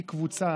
היא קבוצה,